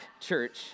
church